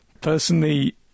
Personally